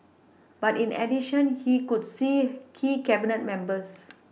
but in addition he would see key Cabinet members